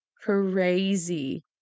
crazy